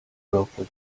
broke